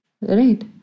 Right